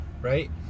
right